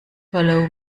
follow